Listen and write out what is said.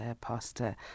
Pastor